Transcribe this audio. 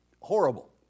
horrible